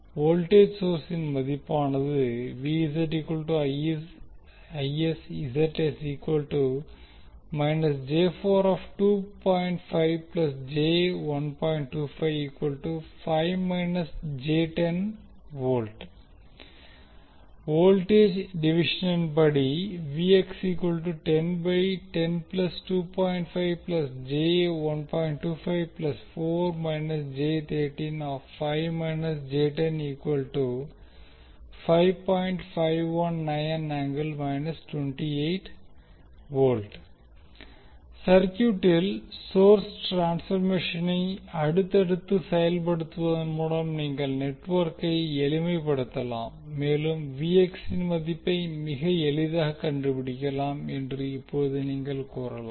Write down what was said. voltage சோர்ஸின் மதிப்பானது • voltage டிவிஷனின்படி சர்கியூட்டில் சோர்ஸ் ட்ரான்ஸ்பர்மேஷனை அடுத்தடுத்து செயல்படுத்துவதன் மூலம் நீங்கள் நெட்வொர்க்கை எளிமைப்படுத்தலாம் மற்றும் இன் மதிப்பை மிக எளிதாக கண்டுபிடிக்கலாம் என்று இப்போது நீங்கள் கூறலாம்